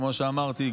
כמו שאמרתי,